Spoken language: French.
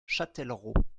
châtellerault